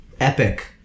Epic